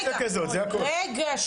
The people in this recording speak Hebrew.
רגע,